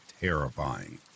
terrifying